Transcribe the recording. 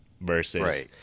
Versus